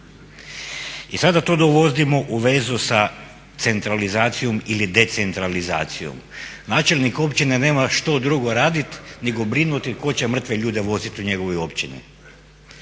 I sada to dovodimo u vezu sa centralizacijom ili decentralizacijom. Načelnik općine nema što drugo raditi nego brinuti tko će mrtve ljude voziti u njegovoj općini.